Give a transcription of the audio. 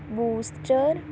booster